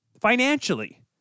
financially